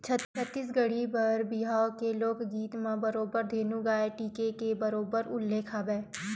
छत्तीसगढ़ी बर बिहाव के लोकगीत म बरोबर धेनु गाय टीके के बरोबर उल्लेख हवय